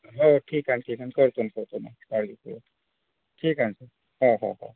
हो ठीक हाय ठीक आहे करतो मी करतो मी काळजी नको ठीक आहे हो हो हो